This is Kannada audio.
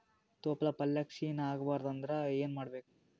ತೊಪ್ಲಪಲ್ಯ ಕ್ಷೀಣ ಆಗಬಾರದು ಅಂದ್ರ ಏನ ಮಾಡಬೇಕು?